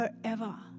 forever